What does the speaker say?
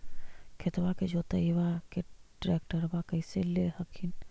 खेतबा के जोतयबा ले ट्रैक्टरबा कैसे ले हखिन?